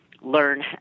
Learn